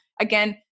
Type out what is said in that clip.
Again